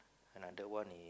another one would